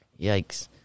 Yikes